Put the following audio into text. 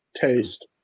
taste